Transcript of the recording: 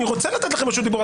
אני רוצה לתת לכם רשות דיבור.